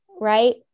Right